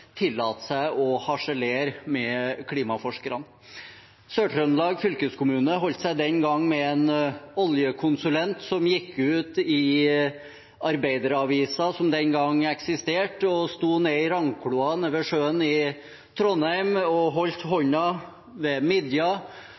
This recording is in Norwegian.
tillate seg å harselere med klimaforskerne. Sør-Trøndelag fylkeskommune holdt seg den gang med en oljekonsulent som gikk ut i Arbeider-Avisa – som den gang eksisterte – og sto nede i Ravnkloa, nede ved sjøen i Trondheim, holdt hånda